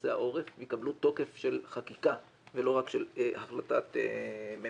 בנושא העורף ויקבלו תוקף של חקיקה ולא רק של החלטת ממשלה.